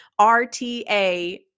RTA